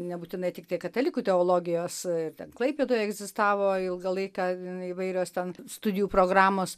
nebūtinai tiktai katalikų teologijos ir ten klaipėdoje egzistavo ilgą laiką ten įvairios ten studijų programos